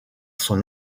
son